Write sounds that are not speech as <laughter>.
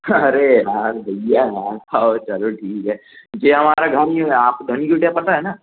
हाँ अरे यार भैया यार हओ चलो ठीक है यह हमारा घर ही है आप <unintelligible> पता है ना